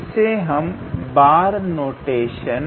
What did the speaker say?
इसे हम bar notation